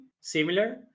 similar